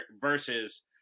versus